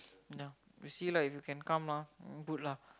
nah ya see lah if you can come mah good lah know